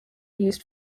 used